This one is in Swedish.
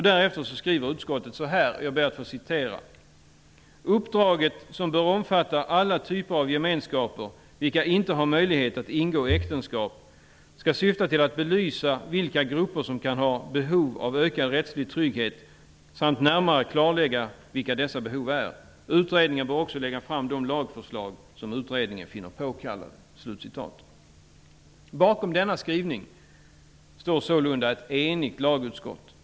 Därefter skriver utskottet så här: ''Uppdraget, som bör omfatta alla typer av gemenskaper, vilka inte har möjlighet att ingå äktenskap, skall syfta till att belysa vilka grupper som kan ha behov av ökad rättslig trygghet samt närmare klarlägga vilka dessa behov är. Utredningen bör också lägga fram de lagförslag som utredningen finner påkallade.'' Bakom denna skrivning står sålunda ett enigt lagutskott.